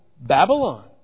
Babylon